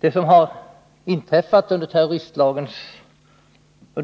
Det som inträffat under